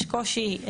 יש קושי,